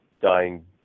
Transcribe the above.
dying